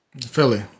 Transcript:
Philly